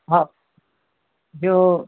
हाँ जो